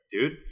dude